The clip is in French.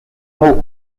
mot